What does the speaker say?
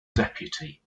deputy